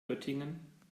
göttingen